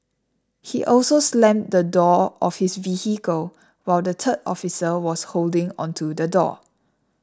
he also slammed the door of his vehicle while the third officer was holding onto the door